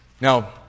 Now